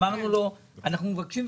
אמרנו לו: אנחנו מבקשים,